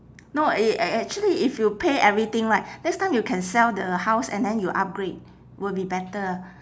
no it eh actually if you pay everything right next time you can sell the house and then you upgrade will be better